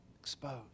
exposed